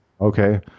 Okay